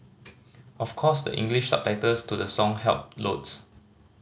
of course the English subtitles to the song helped loads